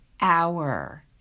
Hour